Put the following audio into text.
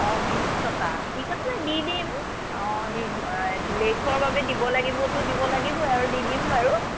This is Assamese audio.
অঁ বিশ টকা ঠিক আছে দি দিম অঁ লেট হ'ল বাবে দিব লাগিবতো দিব লাগিবই আৰু দি দিম বাৰু